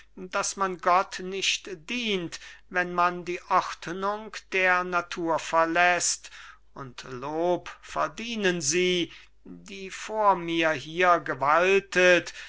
daß man gott nicht dient wenn man die ordnung der natur verläßt und lob verdienen sie die vor mir hier gewaltet